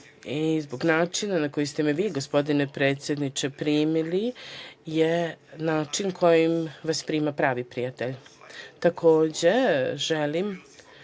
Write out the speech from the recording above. i zbog načina na koji ste me vi, gospodine predsedniče, primili je način kojim vas prima pravi prijatelj. Takođe želim